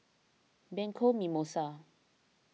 Bianco Mimosa